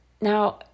Now